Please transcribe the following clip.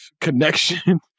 connection